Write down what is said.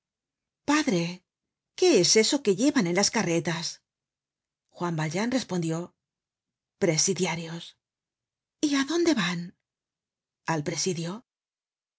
padre qué es eso que llevan esas carretas juan valjean respondió presidiarios y á dónde van al presidio